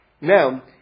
Now